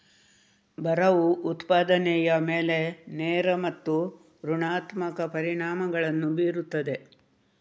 ಬರವು ಉತ್ಪಾದನೆಯ ಮೇಲೆ ನೇರ ಮತ್ತು ಋಣಾತ್ಮಕ ಪರಿಣಾಮಗಳನ್ನು ಬೀರುತ್ತದೆ